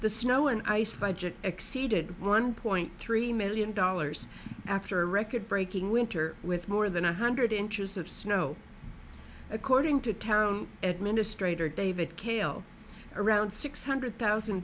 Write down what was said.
the snow and ice budget exceeded one point three million dollars after a record breaking winter with more than one hundred inches of snow according to town administrator david kale around six hundred thousand